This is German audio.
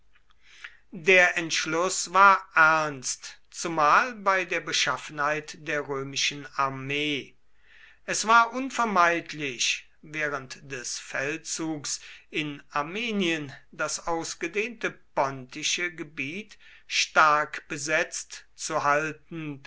der entschluß war ernst zumal bei der beschaffenheit der römischen armee es war unvermeidlich während des feldzugs in armenien das ausgedehnte pontische gebiet stark besetzt zu halten